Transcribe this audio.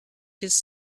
his